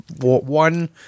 one